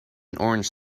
orange